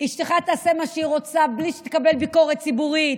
אשתך תעשה מה שהיא רוצה בלי שתקבל ביקורת ציבורית,